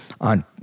on